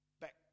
back